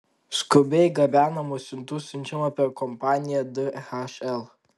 skubiai gabenamų siuntų siunčiama per kompaniją dhl